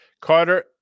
Carter